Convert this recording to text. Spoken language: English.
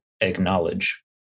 acknowledge